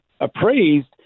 appraised